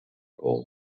pole